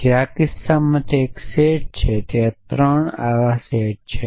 આ કિસ્સામાં તે 3 સેટ છે